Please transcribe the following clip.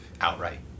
outright